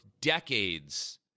decades